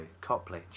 Copley